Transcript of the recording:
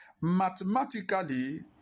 mathematically